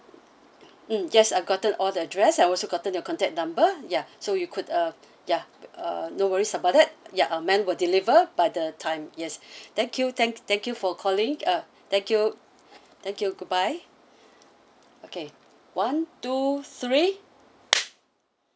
mm yes I've gotten all the address I also gotten your contact number ya so you could uh ya uh no worries about that ya our man will deliver by the time yes thank you thank thank you for calling uh thank you thank you goodbye okay one two three